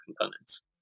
components